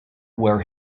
where